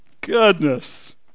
Goodness